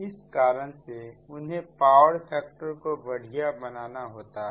इस कारण से उन्हें पावर फैक्टर को बढ़िया बनाना होता है